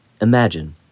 Imagine